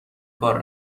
کار